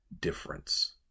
difference